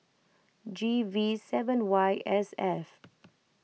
G V seven Y S F